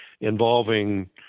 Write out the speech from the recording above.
involving